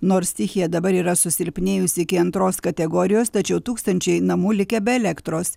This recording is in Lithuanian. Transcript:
nors stichija dabar yra susilpnėjusi iki antros kategorijos tačiau tūkstančiai namų likę be elektros